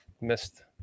missed